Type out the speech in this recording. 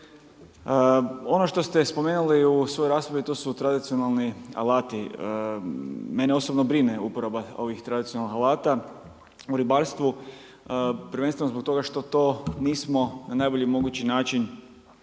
Ono što ste spomenuli u svojoj raspravi to su tradicionalni alati. Mene osobno uporaba ovih tradicionalnih alata u ribarstvu, prvenstveno zbog toga što to to nismo na najbolji mogući način